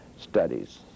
studies